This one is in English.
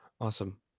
Awesome